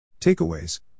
Takeaways